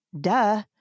duh